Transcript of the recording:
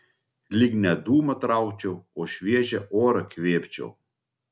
lyg ne dūmą traukčiau o šviežią orą kvėpčiau